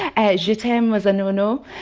and je t'aime was a no, no.